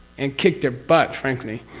and kicked their butt frankly.